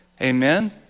Amen